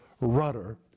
rudder